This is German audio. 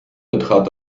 betrat